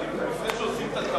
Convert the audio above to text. לפני ועדת שרים,